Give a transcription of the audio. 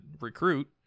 recruit